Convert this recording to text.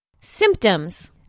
Symptoms